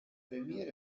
premier